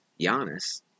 Giannis